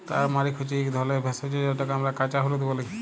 turmeric হছে ইক ধরলের ভেষজ যেটকে আমরা কাঁচা হলুদ ব্যলি